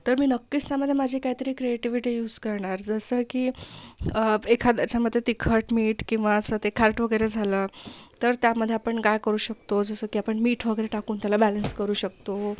तर मी नक्कीच त्यामध्ये माझी काहीतरी क्रिएटिव्हिटी युज करणार जसं की एखाद्याच्यामध्ये तिखट मीठ किंवा असं ते खारट वगैरे झालं तर त्यामध्ये आपण काय करू शकतो जसं की आपण मीठ वगैरे टाकून त्याला बॅलन्स करू शकतो